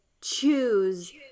choose